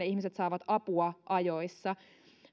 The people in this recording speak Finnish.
ihmiset saavat apua ajoissa